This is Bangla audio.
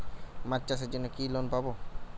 মাছ চাষের জন্য কি লোন পাব?